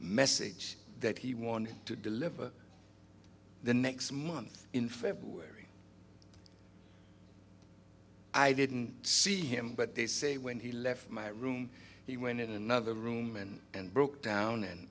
message that he wanted to deliver the next month in february i didn't see him but they say when he left my room he went in another room and and broke down